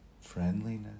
friendliness